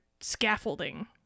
scaffolding